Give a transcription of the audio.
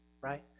right